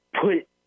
put